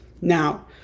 Now